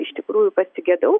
iš tikrųjų pasigedau